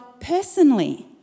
personally